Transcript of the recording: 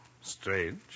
strange